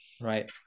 Right